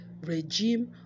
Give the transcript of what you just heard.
regime